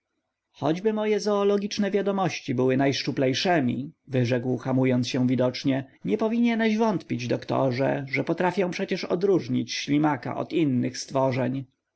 choćby moje zoologiczne wiadomości były najszczuplejszemi wyrzekł hamując się widocznie nie powinieneś wątpić doktorze że potrafię przecież odróżnić ślimaka od innych stworzeń